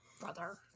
Brother